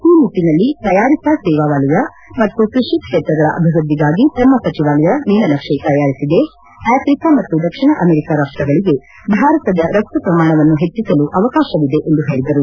ಈ ನಿಟ್ಟನಲ್ಲಿ ತಯಾರಿಕಾ ಸೇವಾವಲಯ ಮತ್ತು ಕೃಷಿ ಕ್ಷೇತ್ರಗಳ ಅಭಿವೃದ್ಧಿಗಾಗಿ ತಮ್ಮ ಸಚಿವಾಲಯ ನೀಲನಕ್ಷೆ ತಯಾರಿಸಿದೆ ಆಫ್ರಿಕಾ ಮತ್ತು ದಕ್ಷಿಣ ಅಮೆರಿಕ ರಾಷ್ಟಗಳಿಗೆ ಭಾರತದ ರಫ್ತು ಪ್ರಮಾಣವನ್ನು ಹೆಚ್ಚಿಸಲು ಅವಕಾಶವಿದೆ ಎಂದು ಅವರು ಹೇಳಿದರು